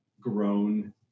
grown